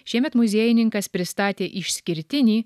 šiemet muziejininkas pristatė išskirtinį